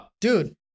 dude